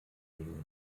den